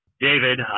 David